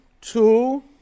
Two